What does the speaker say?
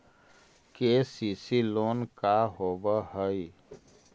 KCC loan का होब हइ?